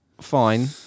fine